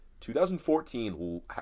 2014